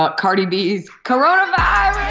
ah cardi b's coronavirus.